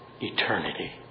eternity